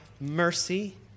mercy